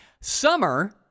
Summer